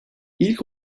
i̇lk